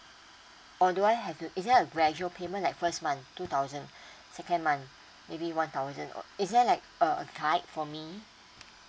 or do I have to is there a gradual payment like first month two thousand second month maybe one thousand or is there like a guide for me